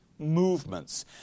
Movements